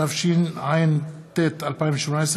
התשע"ט 2019,